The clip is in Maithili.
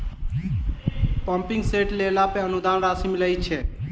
पम्पिंग सेट लेला पर अनुदान राशि मिलय छैय?